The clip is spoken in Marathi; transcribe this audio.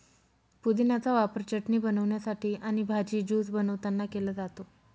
पुदिन्याचा वापर चटणी बनवण्यासाठी आणि भाजी, ज्यूस बनवतांना केला जातो